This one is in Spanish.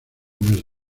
más